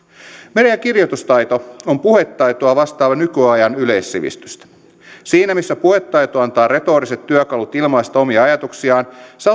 mediakirjoitustaito on puhetaitoa vastaavaa nykyajan yleissivistystä siinä missä puhetaito antaa retoriset työkalut ilmaista omia ajatuksiaan se